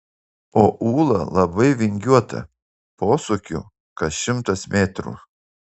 o ūla labai vingiuota posūkių kas šimtas metrų